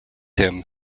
him